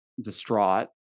distraught